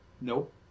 Nope